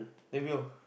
they will